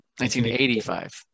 1985